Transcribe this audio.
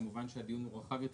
כמובן שהדיון הוא רחב יותר,